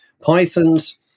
Pythons